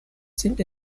sind